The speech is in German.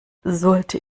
sollte